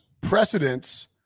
precedents